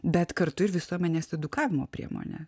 bet kartu ir visuomenės edukavimo priemonę